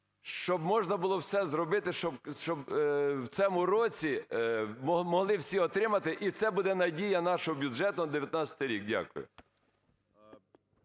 щоб можна було все зробити, щоб в цьому році могли всі отримати – і це буде надія нашого бюджету на 2019 рік. Дякую.